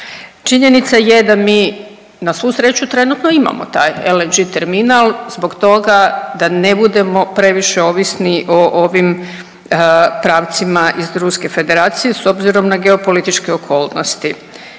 Činjenica je da mi na svu sreću trenutno taj LNG terminal zbog toga da ne budemo previše ovisni o ovim pravcima iz Ruske Federacije s obzirom na geopolitičke okolnosti.